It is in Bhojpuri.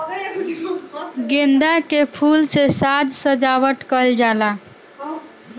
गेंदा के फूल से साज सज्जावट कईल जाला